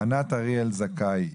ענת אריאל זכאי,